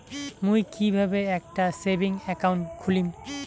মুই কিভাবে একটা সেভিংস অ্যাকাউন্ট খুলিম?